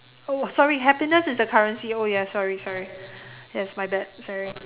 oh sorry happiness is the currency oh ya sorry sorry yes my bad sorry